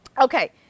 Okay